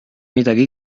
midagi